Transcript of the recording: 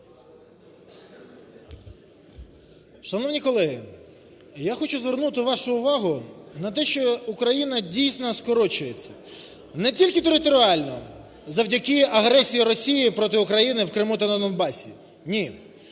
Шановні колеги, я хочу звернути вашу увагу на те, що Україна, дійсно, скорочується, не тільки територіально завдяки агресії Росії проти України в Криму та на Донбасі. Ні.